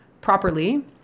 properly